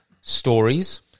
stories